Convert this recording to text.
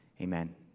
Amen